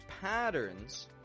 patterns